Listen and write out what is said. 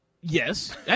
Yes